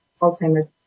Alzheimer's